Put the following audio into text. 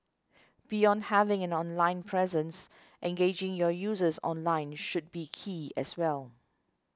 beyond having an online presence engaging your users offline should be key as well